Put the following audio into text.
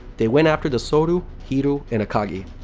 they went after the soryu, hiryu, and akagi.